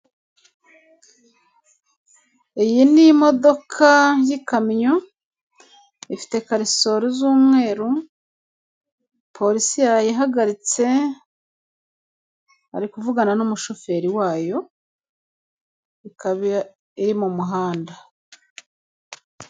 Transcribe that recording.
Iyi ni imodoka y'ikamyo ifite karisori z'umweru polisi yayihagaritse ari kuvugana n'umushoferi wayo ikaba iri mu muhanda.